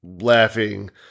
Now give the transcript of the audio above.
laughing